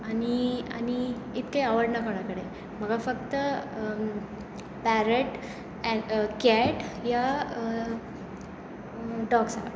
आनी आनी इतकें आवडना कोणा कडेन म्हाका फक्त पॅरट एँड कॅट वा डॉग्स आवडटा